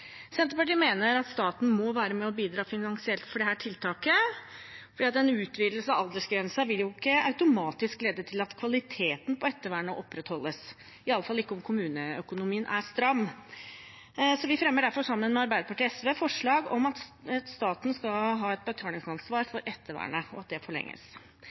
Senterpartiet mener at staten må være med og bidra finansielt for dette tiltaket, for en utvidelse av aldergrensen vil ikke automatisk lede til at kvaliteten på ettervernet opprettholdes, i alle fall ikke om kommuneøkonomien er stram. Vi fremmer derfor sammen med Arbeiderpartiet og SV forslag om at staten skal ha et betalingsansvar for ettervernet, og at det forlenges.